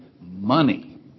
money